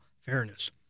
fairness